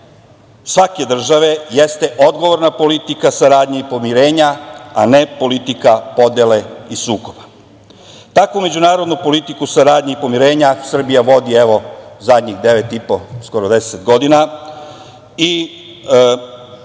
svake države jeste odgovorna politika saradnje i pomirenja, a ne politika podele i sukoba. Takvu međunarodnu politiku saradnje i pomirenja Srbija vodi, evo, poslednjih 10 godina i